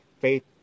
faith